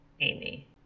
Amy